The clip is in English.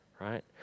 right